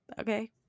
Okay